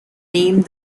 named